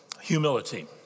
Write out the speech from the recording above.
Humility